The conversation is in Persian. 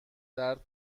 درد